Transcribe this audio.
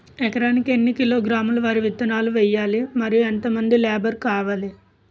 ఎకరానికి ఎన్ని కిలోగ్రాములు వరి విత్తనాలు వేయాలి? మరియు ఎంత మంది లేబర్ కావాలి?